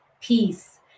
peace